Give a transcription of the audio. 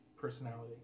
personality